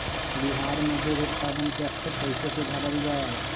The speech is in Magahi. बिहार में दूध उत्पादन के स्तर कइसे सुधारल जाय